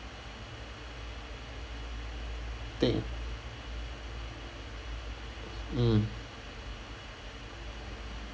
think mm